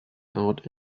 out